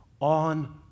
on